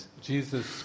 Jesus